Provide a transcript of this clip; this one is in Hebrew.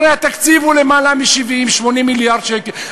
הרי התקציב הוא למעלה מ-70 80 מיליארד שקל,